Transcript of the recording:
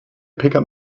pickup